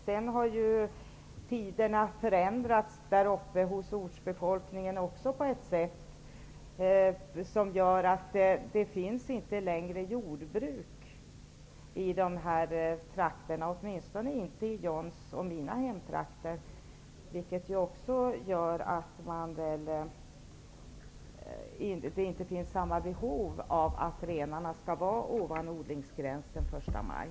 Tiderna har förändrats också för ortsbefolkningen. Det finns inte längre jordbruk i dessa trakter, åtminstone inte i John Anderssons och mina hemtrakter. Det gör också att det inte finns samma behov av att renarna skall vara ovanför odlingsgränsen den 1 maj.